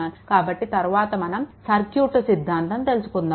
కాబట్టి తరువాత మనం సర్క్యూట్ సిద్ధాంతం తెలుసుకుందాము